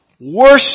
worship